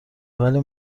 ولی